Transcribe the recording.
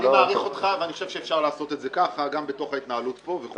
אני מעריך אותך וחושב שאפשר לעשות את זה ככה גם בתוך ההתנהלות פה.